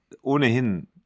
ohnehin